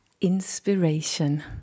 inspiration